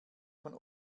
von